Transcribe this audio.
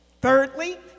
Thirdly